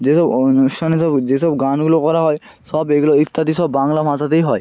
যেসব অনুষ্ঠানে সব যেসব গানগুলো করা হয় সব এইগুলো ইত্যাদি সব বাংলা ভাষাতেই হয়